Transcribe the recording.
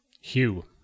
Hugh